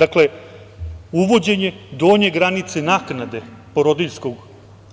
Dakle, uvođenje donje granice naknade porodiljskog